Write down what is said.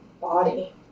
body